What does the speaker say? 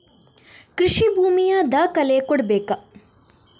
ಕೃಷಿ ಭೂಮಿಯ ದಾಖಲೆ ಕೊಡ್ಬೇಕಾ?